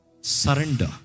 surrender